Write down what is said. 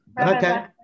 Okay